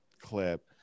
clip